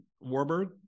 Warburg